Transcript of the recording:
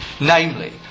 namely